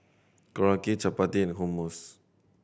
Korokke Chapati and Hummus